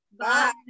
Bye